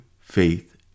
faith